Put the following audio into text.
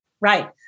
right